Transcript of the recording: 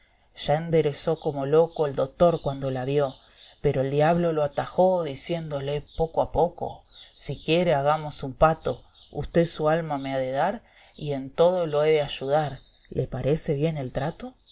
ya enderezó como loco el dotor cuando la vio pero el diablo lo atajó diciéndole poco a poco si quiere hagamos un pato usté su alma me ha de dar y en todo lo he de ayudar le parece bien el trato